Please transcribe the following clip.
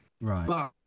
Right